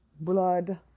blood